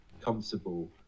comfortable